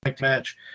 match